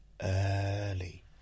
early